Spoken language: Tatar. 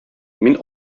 мин